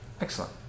Excellent